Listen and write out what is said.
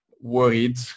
worried